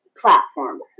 Platforms